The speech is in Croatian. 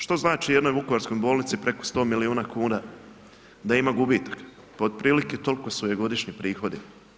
Što znači jednoj Vukovarskoj bolnici preko 100 milijuna kuna da ima gubitaka, pa otprilike toliko su joj godišnji prihodi.